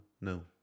No